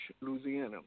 Louisiana